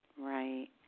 Right